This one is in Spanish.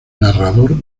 narrador